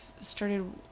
started